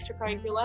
extracurricular